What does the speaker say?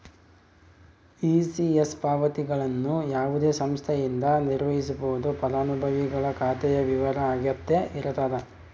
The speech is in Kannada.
ಇ.ಸಿ.ಎಸ್ ಪಾವತಿಗಳನ್ನು ಯಾವುದೇ ಸಂಸ್ಥೆಯಿಂದ ನಿರ್ವಹಿಸ್ಬೋದು ಫಲಾನುಭವಿಗಳ ಖಾತೆಯ ವಿವರ ಅಗತ್ಯ ಇರತದ